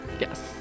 Yes